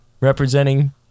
representing